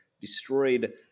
destroyed